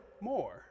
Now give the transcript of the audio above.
more